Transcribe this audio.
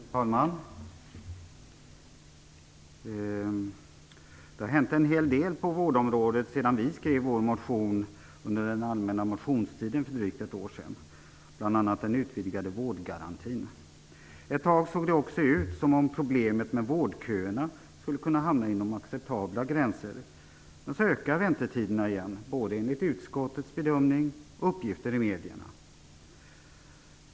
Fru talman! Det har hänt en hel del på vårdområdet sedan vi skrev vår motion under den allmänna motionstiden för drygt ett år sedan. Jag tänker då bl.a. på den utvidgade vårdgarantin. Ett tag såg det också ut som om vårdköerna skulle kunna hamna inom acceptabla gränser, men så ökade väntetiderna igen, både enligt utskottets bedömning och enligt uppgifter i medierna.